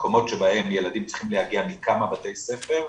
במקומות שבהם ילדים צריכים להגיע מכמה בתי ספר,